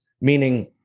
meaning